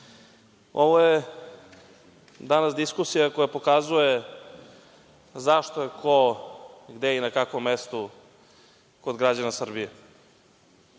ovo je danas diskusija koja pokazuje zašto je ko gde i na kakvom mestu kod građana Srbije.